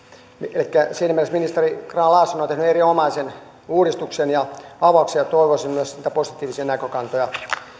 elikkä siinä mielessä ministeri grahn laasonen on tehnyt erinomaisen uudistuksen ja avauksen ja toivoisin myös positiivisia näkökantoja